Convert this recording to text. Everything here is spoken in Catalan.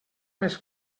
més